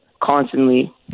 constantly